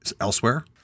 elsewhere